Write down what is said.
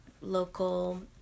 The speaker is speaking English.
local